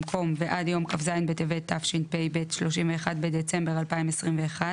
במקום "ועד יום כ"ז בטבת התשפ"ב (31 בדצמבר 2021)"